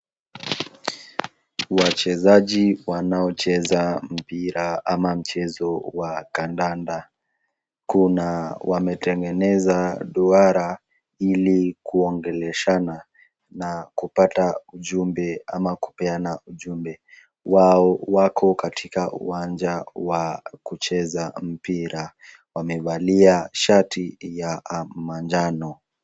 Wachezaji wanaocheza mpira ama mchezo wa kandanda, kuna wametengeneza duara ili kuongeleshana na kupata jumbe ama kupeana jumbe . Wao wako katika uwanja wa kucheza mpira. Wamevalia shati ya manjano.